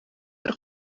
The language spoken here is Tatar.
бер